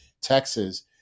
Texas